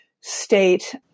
state